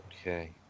Okay